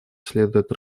следует